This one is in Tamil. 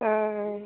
ஆ ஆ